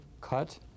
cut